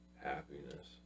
happiness